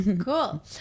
Cool